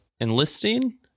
enlisting